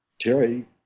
Terry